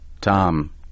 Tom